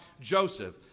Joseph